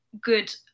good